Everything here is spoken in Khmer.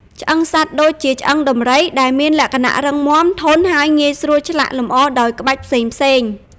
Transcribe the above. ឆ្អឹងសត្វ ដូចជា ឆ្អឹងដំរី ដែលមានលក្ខណៈរឹងមាំ ធន់ ហើយងាយស្រួលឆ្លាក់លម្អដោយក្បាច់ផ្សេងៗ។